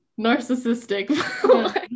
narcissistic